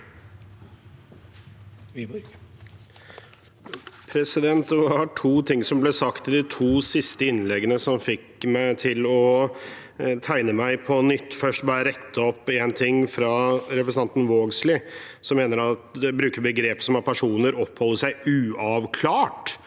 Det var to ting som ble sagt i de to siste innleggene, som fikk meg til å tegne meg på nytt. Først må jeg rette opp i en ting fra representanten Vågslid, som bruker begrep som at personer oppholder seg «uavklart».